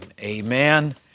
Amen